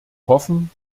hoffen